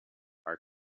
are